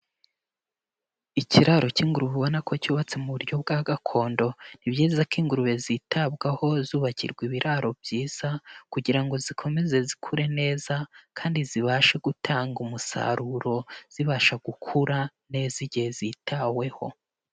Ikiraro cy'inguru ubona ko cyubatse mu buryo bwa gakondo, ni ibyiza ko ingurube zitabwaho zubakirwa ibiraro byiza kugira ngo zikomeze zikure neza kandi zibashe gutanga umusaruro zibasha gukura neza igihe zitaweho.